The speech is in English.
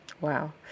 Wow